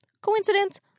Coincidence